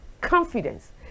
confidence